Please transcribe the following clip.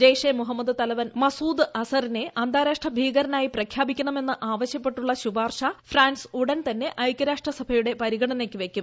ജയ്ഷെ മുഹമ്മദ് തലവൻ മസീദ് അസറിനെ അന്താരാഷ്ട്ര ഭീകരനായി പ്രഖ്യാപിക്കണമെന്ന് ആവശ്യപ്പെട്ടുള്ള ശുപാർശ ഫ്രാൻസ് ഉടൻതന്നെ ഐക്യരാഷ്ട്രസഭയുടെ പരിഗണനയ്ക്ക് വയ്ക്കും